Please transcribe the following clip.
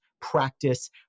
practice